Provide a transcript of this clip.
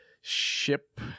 ship